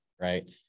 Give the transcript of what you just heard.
Right